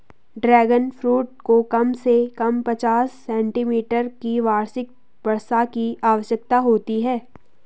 dragon fruit को कम से कम पचास सेंटीमीटर की वार्षिक वर्षा की आवश्यकता होती है